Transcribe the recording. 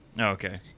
Okay